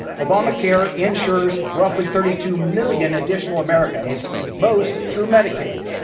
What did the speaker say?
obamacare insures roughly thirty two million additional americans, most through medicaid.